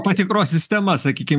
patikros sistema sakykim